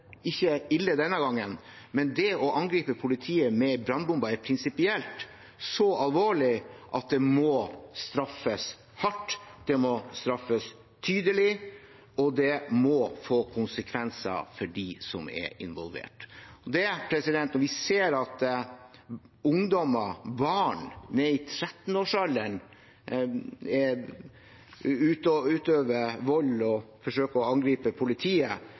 ikke ille denne gangen, men å angripe politiet med brannbomber er prinsipielt så alvorlig at det må straffes hardt. Det må straffes tydelig, og det må få konsekvenser for dem som er involvert. Når vi ser at ungdommer, barn ned i 13-årsalderen, utøver vold og forsøker å angripe politiet, er det på tide å